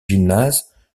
gymnase